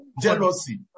jealousy